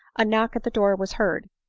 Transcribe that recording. a knock at the door was heard,